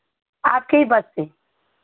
आपके ही बस से